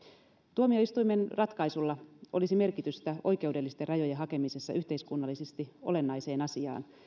tuomioistuimen ratkaisulla olisi merkitystä oikeudellisten rajojen hakemisessa yhteiskunnallisesti olennaiseen asiaan